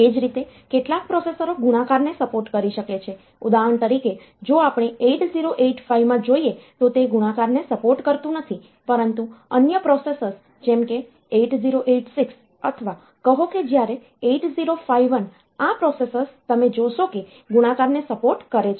એ જ રીતે કેટલાક પ્રોસેસરો ગુણાકારને સપોર્ટ કરી શકે છે ઉદાહરણ તરીકે જો આપણે 8085 માં જોઈએ તો તે ગુણાકારને સપોર્ટ કરતું નથી પરંતુ અન્ય પ્રોસેસર્સ જેમ કે 8086 અથવા કહો કે જ્યારે 8051 આ પ્રોસેસર્સ તમે જોશો કે ગુણાકારને સપોર્ટ કરે છે